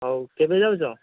ହେଉ କେବେ ଯାଉଛ